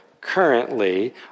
currently